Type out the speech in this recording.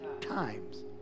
times